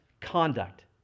conduct